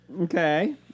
Okay